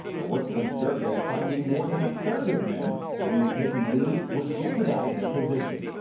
a workplace survey finding more than a third of men believe taking leave would jeopardize their position.